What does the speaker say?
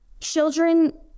children